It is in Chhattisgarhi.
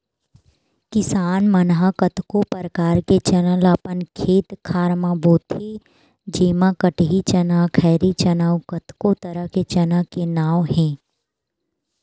किसान मन ह कतको परकार के चना ल अपन खेत खार म बोथे जेमा कटही चना, खैरी चना अउ कतको तरह के चना के नांव हे